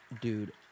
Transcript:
dude